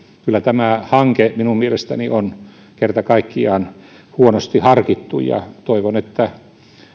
kyllä tämä hanke minun mielestäni on kerta kaikkiaan huonosti harkittu ja toivon että